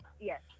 yes